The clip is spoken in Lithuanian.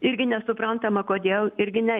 irgi nesuprantama kodėl irgi ne